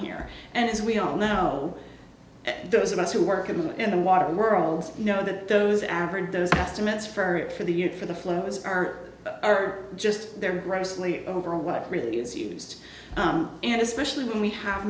here and as we all know those of us who work at home in the water world know that those averaged those estimates for the year for the flows are are just they're grossly over what really is used and especially when we have